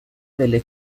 delle